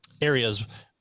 areas